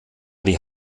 die